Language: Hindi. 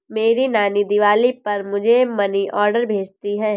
मेरी नानी दिवाली पर मुझे मनी ऑर्डर भेजती है